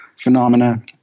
phenomena